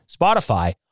Spotify